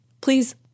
Please